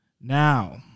Now